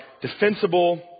defensible